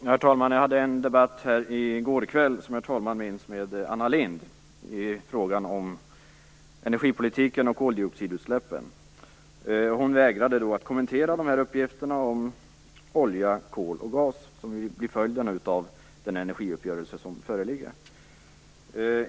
Herr talman! Jag hade en debatt med Anna Lindh i går kväll, som herr talmannen minns, i frågan om energipolitiken och koldioxidutsläppen. Hon vägrade att kommentera uppgifterna om olja, kol och gas, som blir följden av den energiuppgörelse som föreligger.